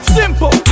simple